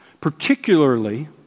particularly